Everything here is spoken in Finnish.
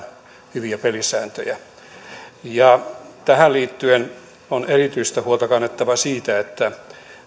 hyviä pelisääntöjä tähän liittyen on erityistä huolta kannettava siitä että tämä